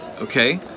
Okay